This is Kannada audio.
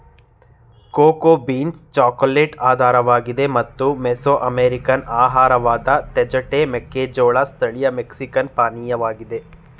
ಕೋಕೋ ಬೀನ್ಸ್ ಚಾಕೊಲೇಟ್ ಆಧಾರವಾಗಿದೆ ಮತ್ತು ಮೆಸೊಅಮೆರಿಕನ್ ಆಹಾರವಾದ ತೇಜಟೆ ಮೆಕ್ಕೆಜೋಳದ್ ಸ್ಥಳೀಯ ಮೆಕ್ಸಿಕನ್ ಪಾನೀಯವಾಗಿದೆ